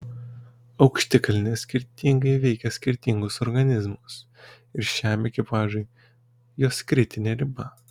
aukštikalnės skirtingai veikia skirtingus organizmus ir šiam ekipažui jos kritinė riba